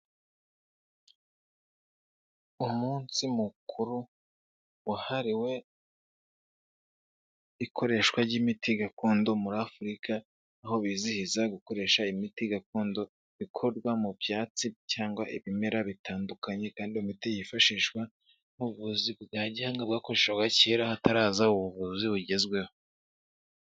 Umunsi mukuru wahariwe ikoreshwa ry'imiti gakondo muri Afurika, aho bizihiza gukoresha imiti gakondo bikorwa mu byatsi cyangwa ibimera bitandukanye kandi iyi ilmiti yifashishwa mu buvuzi bwa gihanga bwakoreshwaga kera hataraza ubu buvuzi bugezweho.